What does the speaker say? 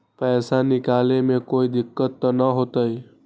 पैसा निकाले में कोई दिक्कत त न होतई?